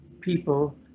people